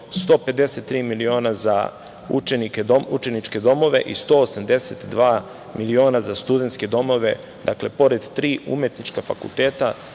153 miliona za učeničke domove i 182 miliona za studenske domove. Dakle, pored tri umetnička fakulteta,